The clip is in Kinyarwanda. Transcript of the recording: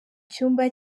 cyumba